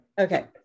Okay